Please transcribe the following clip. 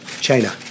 China